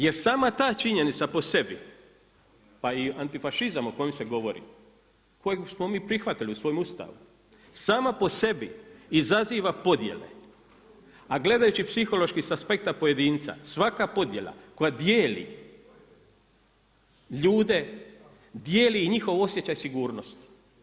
Jer sama ta činjenica po sebi, pa i antifašizam o kojem se ogovori, kojeg smo mi prihvatili u Ustavu, sama po sebi, izaziva podjele, a gledajući psihološki sa aspekta pojedinca, svaka podjela koja dijeli ljude dijeli i njihov osjećaj sigurnost.